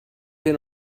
been